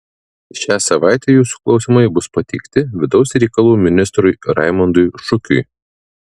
šią savaitę jūsų klausimai bus pateikti vidaus reikalų ministrui raimondui šukiui